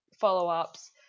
follow-ups